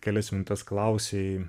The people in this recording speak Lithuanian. kelias minutes klausei